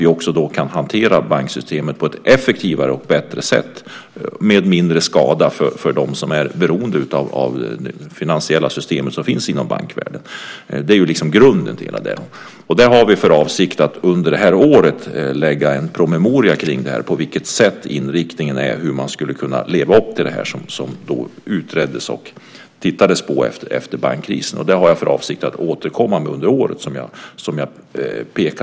Vi ska då kunna hantera banksystemet på ett effektivare och bättre sätt med mindre skada för dem som är beroende av det finansiella system som finns inom bankvärlden. Det är liksom grunden för det hela. Vi har för avsikt att under det här året lägga fram en promemoria kring detta - hur inriktningen ska vara, hur man ska kunna leva upp till detta som utreddes och tittades på efter bankkrisen. Här är som sagt min avsikt att återkomma under året.